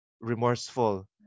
remorseful